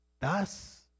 Thus